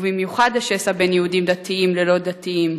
ובמיוחד השסע בין יהודים דתיים ללא דתיים,